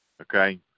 Okay